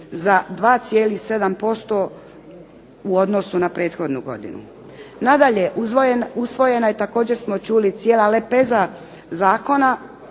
za 2,7% u odnosu na prethodnu godinu. Nadalje, usvojena je također smo čuli cijela lepeza zakona